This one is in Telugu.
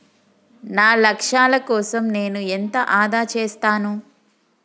నా లక్ష్యాల కోసం నేను ఎంత ఆదా చేస్తాను?